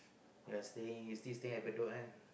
you are staying you still stay at Bedok one